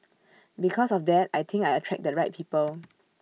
because of that I think I attract the right people